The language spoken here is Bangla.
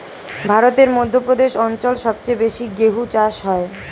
ভারতের মধ্য প্রদেশ অঞ্চল সবচেয়ে বেশি গেহু চাষ হয়